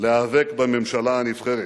להיאבק בממשלה הנבחרת.